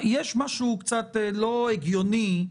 יש משהו קצת לא הגיוני.